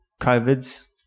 COVIDs